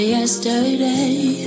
Yesterday